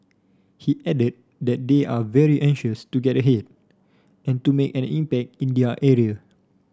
he added that they are very anxious to get ahead and to make an impact in their area